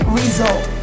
result